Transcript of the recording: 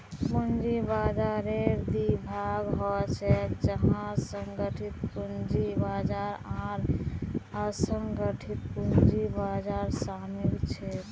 पूंजी बाजाररेर दी भाग ह छेक जहात संगठित पूंजी बाजार आर असंगठित पूंजी बाजार शामिल छेक